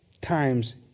times